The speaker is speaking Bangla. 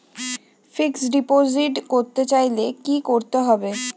ফিক্সডডিপোজিট করতে চাইলে কি করতে হবে?